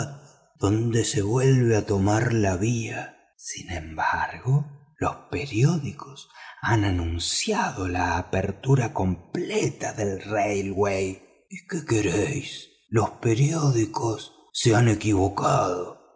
donde se vuelve a tomar la vía sin embargo los periódicos han anunciado la apertura completa del ferrocarril qué quereis los periódicos se han equivocado